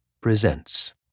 presents